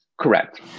Correct